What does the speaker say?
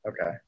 okay